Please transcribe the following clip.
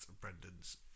Brendan's